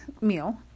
meal